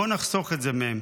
בואו נחסוך את זה מהם.